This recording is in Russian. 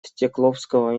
стекловского